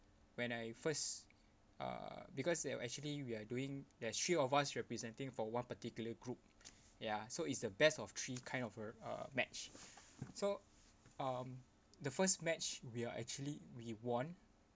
when I first uh because we're actually we're doing there's three of us representing for one particular group ya so it's the best of three kind of a uh match so um the first match we are actually we won